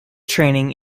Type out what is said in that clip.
training